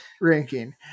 ranking